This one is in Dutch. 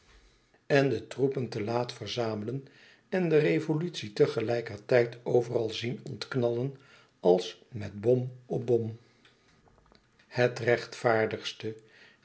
en de troepen te laat verzamelen en de revolutie tegelijkertijd overal zien ontknallen als met bom op bom het rechtvaardigste